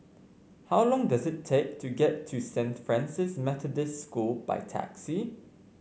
how long does it take to get to Saint Francis Methodist School by taxi